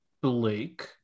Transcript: Blake